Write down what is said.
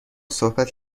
صحبت